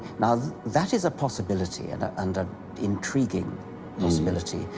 now, that is a possibility and ah and an intriguing possibility,